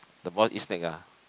the boy eat snake ah